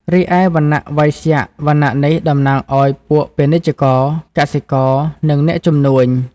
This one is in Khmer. រីឯវណ្ណៈវៃស្យ វណ្ណៈនេះតំណាងឲ្យពួកពាណិជ្ជករ កសិករ និងអ្នកជំនួញ។